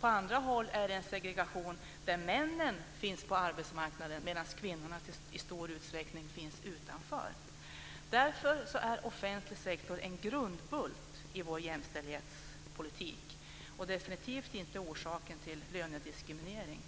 På andra håll är det en segregation där männen finns på arbetsmarknaden medan kvinnorna i stor utsträckning finns utanför. Därför är offentlig sektor en grundbult i vår jämställdhetspolitik och definitivt inte orsak till lönediskriminering.